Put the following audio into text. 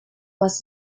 was